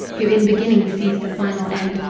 who in beginnings sees the final end,